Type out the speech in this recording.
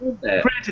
granted